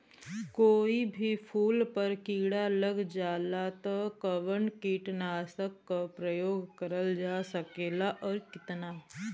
कोई भी फूल पर कीड़ा लग जाला त कवन कीटनाशक क प्रयोग करल जा सकेला और कितना?